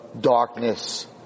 darkness